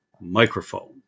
microphone